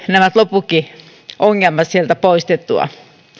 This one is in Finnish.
nämä loputkin ongelmat sieltä poistettua